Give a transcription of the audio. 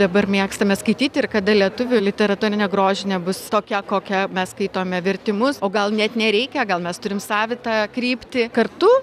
dabar mėgstame skaityti ir kada lietuvių literatūra negrožinė bus tokia kokią mes skaitome vertimus o gal net nereikia gal mes turim savitą kryptį kartu